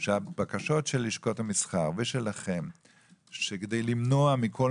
הבקשות של לשכות המסחר ושלכם כדי למנוע מכל